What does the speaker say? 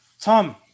Tom